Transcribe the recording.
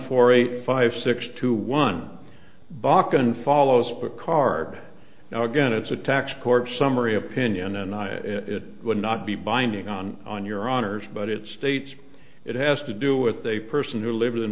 four eight five six to one bock and follows the card now again it's a tax court summary opinion and it would not be binding on on your honors but it states it has to do with a person who lived in